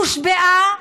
הושבעה,